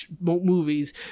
movies